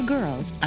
Girls